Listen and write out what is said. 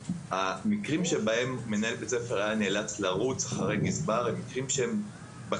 המקרים שבהם מנהל בית ספר היה נאלץ לרוץ אחרי גזבר הם מקרי קצה,